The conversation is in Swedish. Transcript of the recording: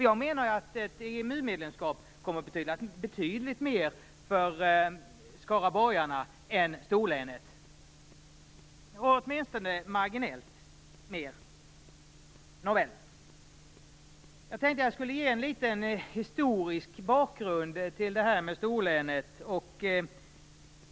Jag menar att ett EMU-medlemskap kommer att betyda betydligt mer för skaraborgarna än storlänet, åtminstone marginellt mer. Jag tänkte att jag skulle ge en liten historisk bakgrund till detta med storlänet.